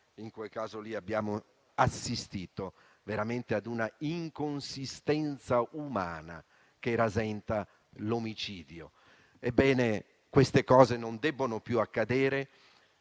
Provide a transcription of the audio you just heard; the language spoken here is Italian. debellato, è dovuto veramente ad una inconsistenza umana che rasenta l'omicidio. Ebbene, queste cose non debbono più accadere.